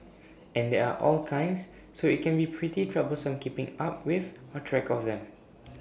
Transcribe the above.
and there are all kinds so IT can be pretty troublesome keeping up with or track of them